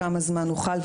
לכמה זמן הוא חל,